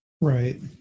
right